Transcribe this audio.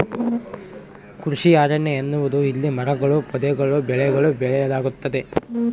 ಕೃಷಿ ಅರಣ್ಯ ಎನ್ನುವುದು ಇಲ್ಲಿ ಮರಗಳೂ ಪೊದೆಗಳೂ ಬೆಳೆಗಳೂ ಬೆಳೆಯಲಾಗ್ತತೆ